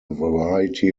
variety